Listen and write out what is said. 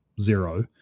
zero